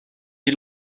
die